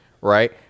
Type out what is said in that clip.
Right